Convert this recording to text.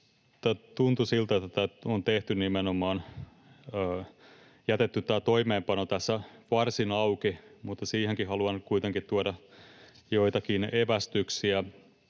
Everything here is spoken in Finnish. Tuntui siltä, että on nimenomaan jätetty toimeenpano tässä varsin auki, mutta siihenkin haluan kuitenkin tuoda joitakin evästyksiä.